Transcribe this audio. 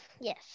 Yes